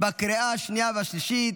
לקריאה השנייה והשלישית.